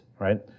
right